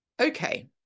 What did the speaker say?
Okay